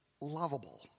lovable